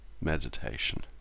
meditation